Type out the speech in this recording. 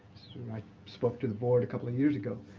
i spoke to the board a couple of years ago,